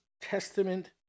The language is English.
Testament